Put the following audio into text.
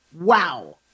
Wow